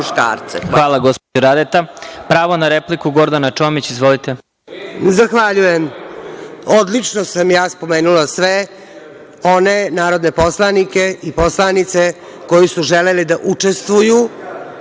Hvala gospođo Radeta. Pravo na repliku, Gordana Čomić. Izvolite. **Gordana Čomić** Zahvaljujem. Odlično sam ja spomenula sve one narodne poslanike i poslanice koji su želeli da učestvuju